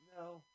no